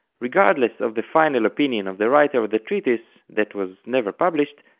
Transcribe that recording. regardless of the final opinion of the writer of of the treatise, that was never published,